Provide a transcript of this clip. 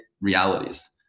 realities